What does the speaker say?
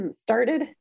started